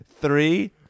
Three